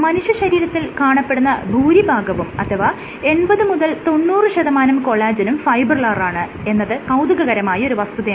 മനുഷ്യശരീരത്തിൽ കാണപ്പെടുന്ന ഭൂരിഭാഗവും അഥവാ 80 90 ശതമാനം കൊളാജെനും ഫൈബ്രിലാറാണ് എന്നത് കൌതുകകരമായ ഒരു വസ്തുതയാണ്